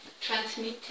transmitting